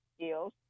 skills